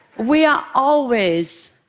we are always,